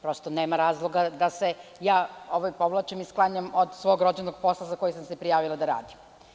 Prosto nema razloga da se povlačim i stavljam od svog rođenog posla za koji sam se prijavila da radim.